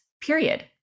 period